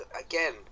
again